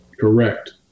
Correct